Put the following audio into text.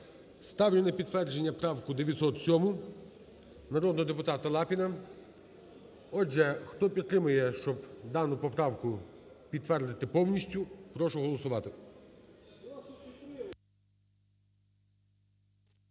Ставлю на підтвердження правку 907 народного депутата Лапіна. Отже, хто підтримує, щоб дану поправку підтвердити повністю, прошу голосувати.